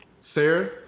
Sarah